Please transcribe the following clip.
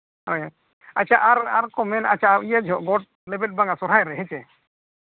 ᱦᱳᱭ ᱟᱪᱪᱷᱟ ᱟᱨ ᱟᱨ ᱠᱚ ᱢᱮᱱᱟ ᱟᱪᱪᱷᱟ ᱤᱭᱟᱹ ᱡᱚᱦᱚᱜ ᱜᱚᱴ ᱞᱮᱵᱮᱫ ᱵᱟᱝ ᱟ ᱥᱚᱨᱦᱟᱭ ᱨᱮ ᱦᱮᱸ ᱥᱮ